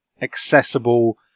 accessible